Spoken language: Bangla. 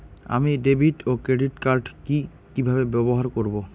আমি ডেভিড ও ক্রেডিট কার্ড কি কিভাবে ব্যবহার করব?